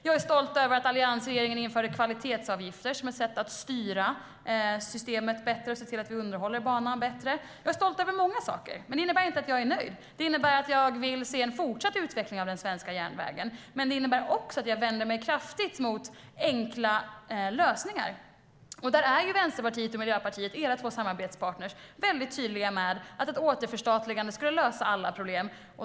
Jag är stolt över att alliansregeringen införde kvalitetsavgifter som ett sätt att styra systemet bättre och underhålla banan bättre. Jag är stolt över många saker, men det innebär inte att jag är nöjd. Jag vill se en fortsatt utveckling av den svenska järnvägen, men jag vänder mig kraftigt mot enkla lösningar. Vänsterpartiet och Miljöpartiet, era två samarbetspartner, är väldigt tydliga med att ett återförstatligande skulle lösa alla problem.